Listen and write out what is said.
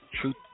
truth